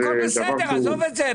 הכול בסדר, עזוב את זה.